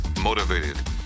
motivated